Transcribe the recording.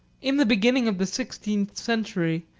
in the beginning of the sixteenth century,